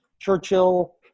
Churchill